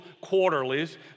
quarterlies